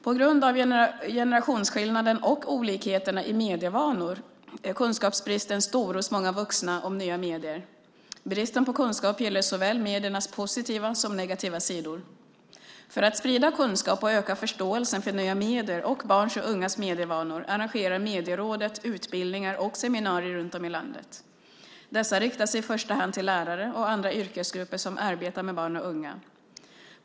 På grund av generationsskillnaden och olikheterna i medievanor är kunskapsbristen stor hos många vuxna om nya medier. Bristen på kunskap gäller såväl mediernas positiva som negativa sidor. För att sprida kunskap och öka förståelsen för nya medier och barns och ungas medievanor arrangerar Medierådet utbildningar och seminarier runt om i landet. Dessa riktar sig i första hand till lärare och andra yrkesgrupper som arbetar med barn och unga.